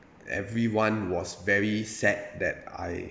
everyone was very sad that I